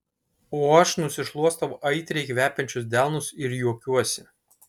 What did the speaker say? o aš nusišluostau aitriai kvepiančius delnus ir juokiuosi